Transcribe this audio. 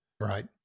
Right